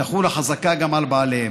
תחול החזקה גם על בעליהם.